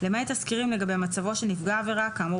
למעט תסקירים לגבי מצבו של נפגע עבירה כאמור